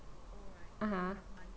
(uh huh)